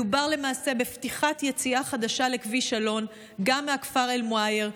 מדובר למעשה בפתיחת יציאה חדשה לכביש אלון גם מהכפר אל-מוע'ייר,